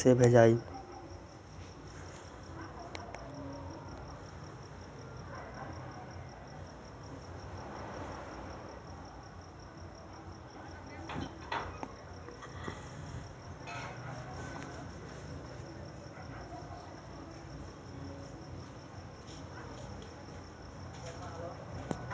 जेकर खाता यु.पी.आई से न जुटल हइ ओकरा हम पैसा कैसे भेजबइ?